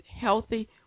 healthy